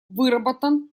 выработан